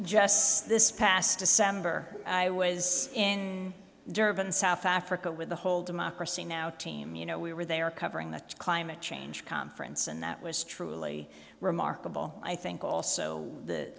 just this past december i was in durban south africa with the whole democracy now team you know we were there covering the climate change conference and that was truly remarkable i think also the